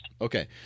Okay